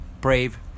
brave